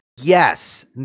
Yes